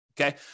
okay